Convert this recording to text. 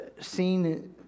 seen